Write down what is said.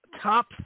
top